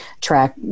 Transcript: track